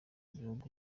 gihugu